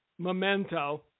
Memento